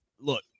Look